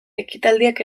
ekitaldiak